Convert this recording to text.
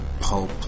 pulp